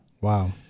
Wow